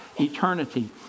eternity